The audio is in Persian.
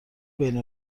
بین